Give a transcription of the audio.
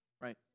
Right